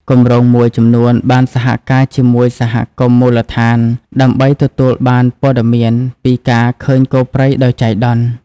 គម្រោងមួយចំនួនបានសហការជាមួយសហគមន៍មូលដ្ឋានដើម្បីទទួលបានព័ត៌មានពីការឃើញគោព្រៃដោយចៃដន្យ។